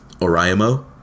Oriamo